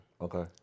Okay